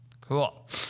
Cool